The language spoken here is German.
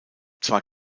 zwar